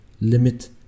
limit